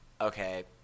Okay